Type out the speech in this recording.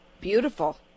Beautiful